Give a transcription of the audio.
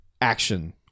action